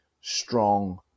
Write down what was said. strong